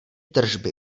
tržby